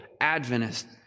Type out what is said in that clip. Adventist